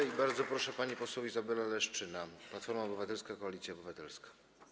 I bardzo proszę, pani poseł Izabela Leszczyna, Platforma Obywatelska - Koalicja Obywatelska.